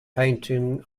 painting